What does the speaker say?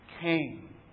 came